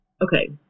Okay